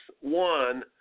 one